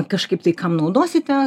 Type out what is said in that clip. kažkaip tai kam naudosite